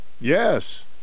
Yes